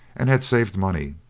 and had saved money.